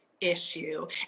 issue